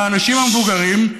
האנשים המבוגרים,